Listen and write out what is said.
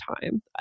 time